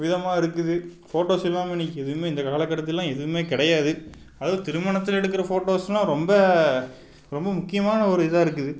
விதமாக இருக்குது ஃபோட்டோஸ் இல்லாமல் இன்றைக்கி எதுவுமே இந்த கால கட்டத்திலலாம் எதுவுமே கிடையாது அதுவும் திருமணத்தில் எடுக்கிற ஃபோட்டோஸெலாம் ரொம்ப ரொம்ப முக்கியமான ஒரு இதாகயிருக்குது